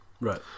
right